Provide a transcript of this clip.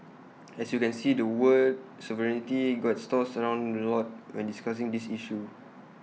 as you can see the word sovereignty gets tossed around A lot when discussing this issue